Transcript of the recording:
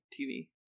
TV